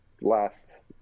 last